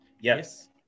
Yes